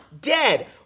dead